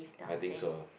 I think so